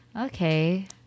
Okay